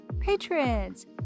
patrons